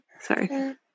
Sorry